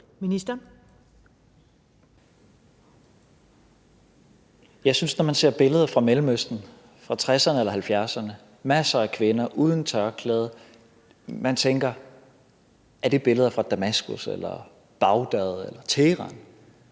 Tesfaye): Når man ser billeder fra Mellemøsten fra 1960'erne eller 1970'erne, er der masser af kvinder uden tørklæde, og man tænker: Er det billeder fra Damaskus eller Bagdad eller Teheran?